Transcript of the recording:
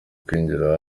kwinjira